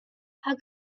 how